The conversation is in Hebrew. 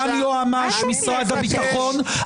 גם יועמ"ש משרד הביטחון.